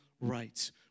rights